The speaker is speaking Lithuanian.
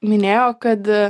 minėjo kad